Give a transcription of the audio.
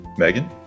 Megan